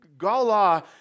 gala